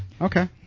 Okay